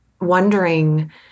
wondering